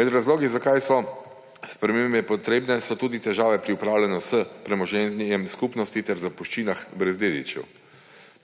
Med razlogi, zakaj so spremembe potrebne, so tudi težave pri upravljanju s premoženjem skupnosti ter zapuščinah brez dedičev.